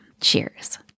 Cheers